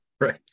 Right